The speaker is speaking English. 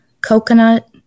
coconut